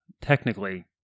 technically